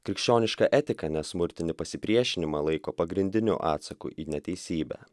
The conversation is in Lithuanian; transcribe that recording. krikščioniška etika nesmurtinį pasipriešinimą laiko pagrindiniu atsaku į neteisybę